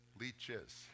leeches